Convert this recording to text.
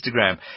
Instagram